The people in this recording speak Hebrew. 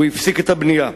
הוא הפסיק את הבנייה.